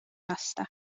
lasta